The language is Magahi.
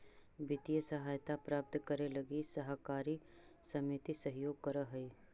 वित्तीय सहायता प्राप्त करे लगी सहकारी समिति सहयोग करऽ हइ